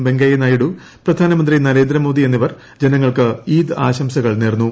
വെങ്കയ്യനായിഡു പ്രധാനമന്ത്രി നരേന്ദ്രമോദി എന്നിവർ ജനങ്ങൾക്ക് ഈദ് ആശംസകൾ നേർന്നു